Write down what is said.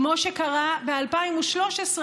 כמו שקרה ב-2013,